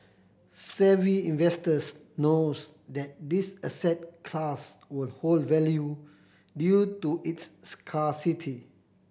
savvy investors knows that this asset class will hold value due to its scarcity